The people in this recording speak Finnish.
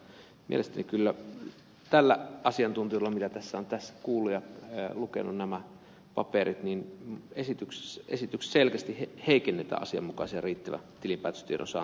mutta mielestäni kyllä tällä asiantuntijuudella mitä tässä on kuullut ja kun on lukenut nämä paperit esityksessä selkeästi heikennetään asianmukaista riittävien tilinpäätöstietojen saantia alakonserneissa